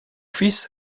fils